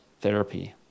therapy